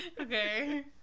Okay